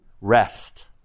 rest